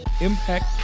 impact